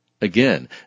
Again